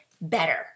better